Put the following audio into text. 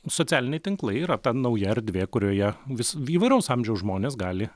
socialiniai tinklai yra ta nauja erdvė kurioje vis įvairaus amžiaus žmonės gali